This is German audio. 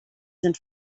sind